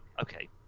Okay